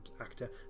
actor